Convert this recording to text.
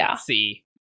see